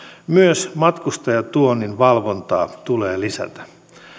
myös matkustajatuonnin valvontaa tulee lisätä